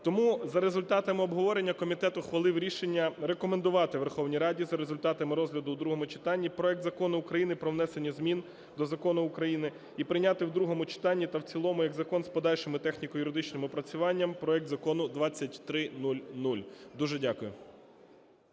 Тому за результатами обговорення комітет ухвалив рішення рекомендувати Верховній Раді за результатами розгляду у другому читання проект Закону України про внесення змін до Закону України і прийняти в другому читанні та в цілому як закон з подальшим техніко-юридичним опрацюванням проект Закону 2300. Дуже дякую.